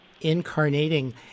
incarnating